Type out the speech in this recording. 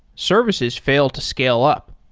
services fail to scale up.